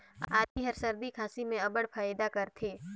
आदी हर सरदी खांसी में अब्बड़ फएदा करथे